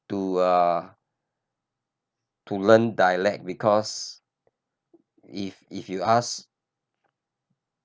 to uh to learn dialect because if if you ask